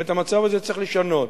את המצב הזה צריך לשנות.